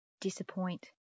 disappoint